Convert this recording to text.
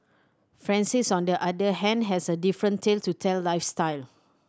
Francis on the other hand has a different tale to tell lifestyle